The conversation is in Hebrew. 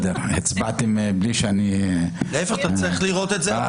הצבעתם בלי שאני --- אתה צריך לראות שתמכנו